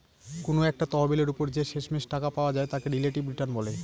কোনো একটা তহবিলের ওপর যে শেষমেষ টাকা পাওয়া যায় তাকে রিলেটিভ রিটার্ন বলে